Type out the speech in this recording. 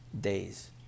days